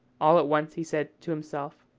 all at once he said to himself,